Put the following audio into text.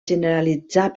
generalitzar